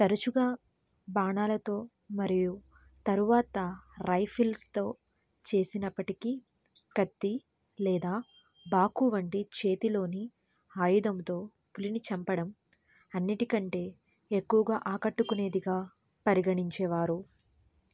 తరచుగా బాణాలతో మరియు తరువాత రైఫిల్స్తో చేసినప్పటికీ కత్తి లేదా బాకు వంటి చేతిలోని ఆయుధంతో పులిని చంపడం అన్నిటికంటే ఎక్కువగా ఆకట్టుకునేదిగా పరిగణించేవారు